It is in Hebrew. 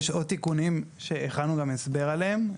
יש עוד תיקונים שהכנו גם הסבר עליהם,